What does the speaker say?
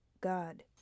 God